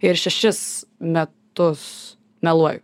ir šešis metus meluoju